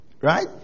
Right